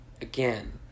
Again